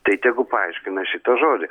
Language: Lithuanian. tai tegu paaiškina šitą žodį